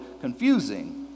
confusing